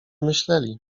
myśleli